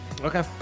Okay